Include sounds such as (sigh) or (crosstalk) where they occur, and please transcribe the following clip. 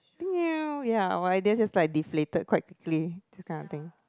(noise) ya our ideas just like deflated quite quickly that kind of thing